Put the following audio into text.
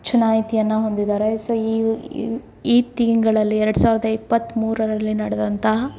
ಚುನಾಯಿತಿಯನ್ನು ಹೊಂದಿದ್ದಾರೆ ಸೊ ಈ ಈ ತಿಂಗಳಲ್ಲಿ ಎರಡು ಸಾವಿರದ ಇಪ್ಪತ್ತಮೂರರಲ್ಲಿ ನಡೆದಂತಹ